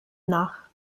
nach